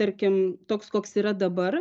tarkim toks koks yra dabar